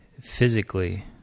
physically